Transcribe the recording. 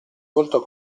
voltò